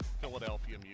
Philadelphia